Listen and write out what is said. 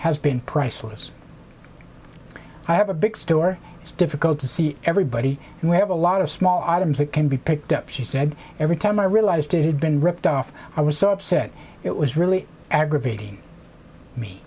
has been priceless i have a big store it's difficult to see everybody and we have a lot of small items that can be picked up she said every time i realized it had been ripped off i was so upset it was really aggravating me